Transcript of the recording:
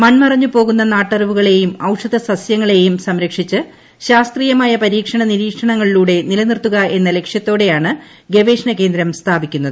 മൺമറഞ്ഞ് പോകുന്ന നാട്ടറിവുകളേയും ഔഷധസസൃങ്ങളേയും സംരക്ഷിച്ച് ശാസ്ത്രീയമായ പരീക്ഷണ നിരീക്ഷണങ്ങളിലൂടെ നിലനിർത്തുക എന്ന ലക്ഷ്യത്തോടെയാണ് ഗവേഷണകേന്ദ്രം സ്ഥാപിക്കുന്നത്